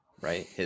right